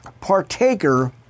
partaker